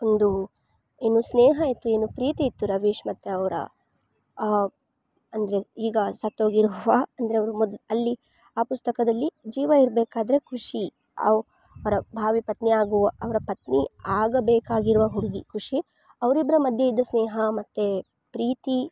ಒಂದು ಏನು ಸ್ನೇಹಯಿತ್ತು ಏನು ಪ್ರೀತಿಯಿತ್ತು ರವೀಶ್ ಮತ್ತು ಅವರ ಅಂದರೆ ಈಗ ಸತ್ತೋಗಿರುವ ಅಂದರೆ ಅವರು ಮೊದ್ಲು ಅಲ್ಲಿ ಆ ಪುಸ್ತಕದಲ್ಲಿ ಜೀವ ಇರಬೇಕಾದ್ರೆ ಖುಷಿ ಅವರ ಭಾವಿ ಪತ್ನಿ ಆಗುವ ಅವರ ಪತ್ನಿ ಆಗಬೇಕಾಗಿರುವ ಹುಡುಗಿ ಖುಷಿ ಅವ್ರಿಬ್ಬರ ಮಧ್ಯ ಇದ್ದ ಸ್ನೇಹ ಮತ್ತು ಪ್ರೀತಿ